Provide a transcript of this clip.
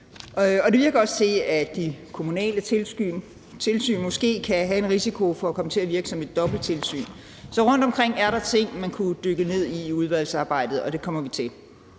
en risiko for, at de kommunale tilsyn måske kommer til at virke som et dobbelt tilsyn. Så rundtomkring er der ting, man kunne dykke ned i i udvalgsarbejdet, og det kommer vi til.